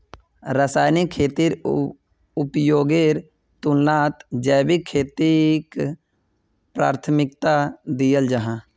रासायनिक खेतीर उपयोगेर तुलनात जैविक खेतीक प्राथमिकता दियाल जाहा